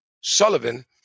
Sullivan